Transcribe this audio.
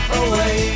away